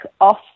off